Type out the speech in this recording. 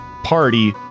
party